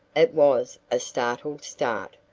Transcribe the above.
it was a startled start.